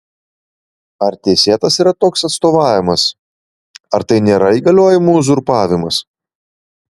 ar teisėtas yra toks atstovavimas ar tai nėra įgaliojimų uzurpavimas